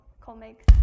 comic